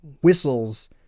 whistles